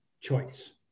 choice